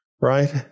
right